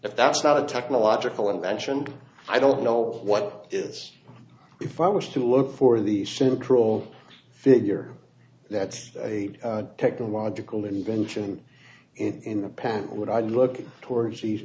if that's not a technological invention i don't know what is if i was to look for the central figure that's a technological invention in the patent would i look towards the